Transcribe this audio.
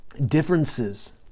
differences